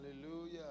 Hallelujah